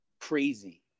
crazy